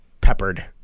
peppered